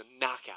knockout